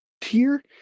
tier